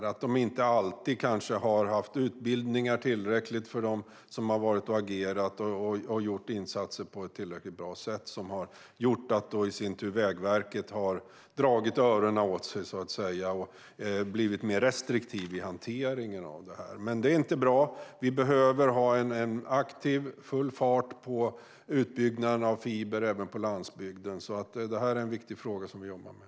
De har kanske inte alltid haft tillräckliga utbildningar för dem som har agerat och inte gjort insatser på ett tillräckligt bra sätt, vilket har gjort att Trafikverket i sin tur har dragit öronen åt sig och blivit mer restriktivt i hanteringen av detta. Det är inte bra. Vi behöver ha en aktiv utbyggnad av fiber i full fart även på landsbygden, så detta är en viktig fråga - som vi jobbar med.